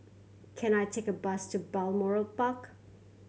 can I take a bus to Balmoral Park